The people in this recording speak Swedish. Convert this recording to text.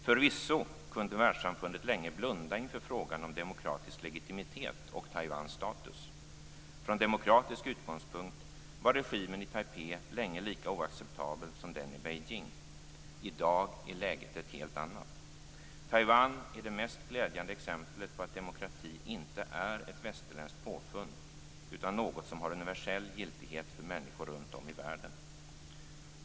Förvisso kunde världssamfundet länge blunda inför frågan om demokratisk legitimitet och Taiwans status. Från demokratisk utgångspunkt var regimen i Taipei länge lika oacceptabel som den i Beijing. I dag är läget ett helt annat. Taiwan är det mest glädjande exemplet på att demokrati inte är ett västerländskt påfund, utan något som har universell giltighet för människor runt om i världen.